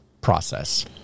process